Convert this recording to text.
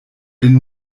den